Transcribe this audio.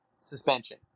suspension